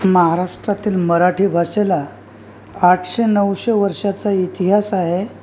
महाराष्ट्रातील मराठी भाषेला आठशे नऊशे वर्षाचा इतिहास आहे